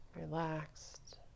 relaxed